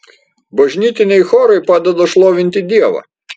bažnytiniai chorai padeda šlovinti dievą